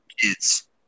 Kids